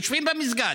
יושבים במסגד,